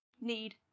need